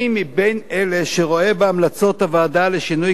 אני מאלה שרואים בהמלצות הוועדה לשינוי